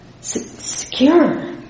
Secure